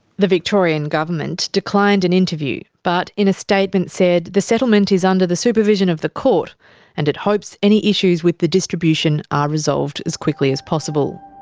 the victorian government declined an interview but in a statement said that the settlement is under the supervision of the court and it hopes any issues with the distribution are resolved as quickly as possible.